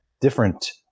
different